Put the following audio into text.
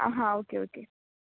आं हां okay okay